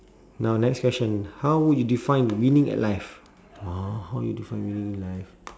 now next question how would you define winning at life orh how you define winning in life